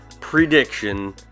prediction